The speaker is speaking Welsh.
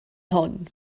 hwn